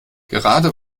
gerade